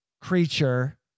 creature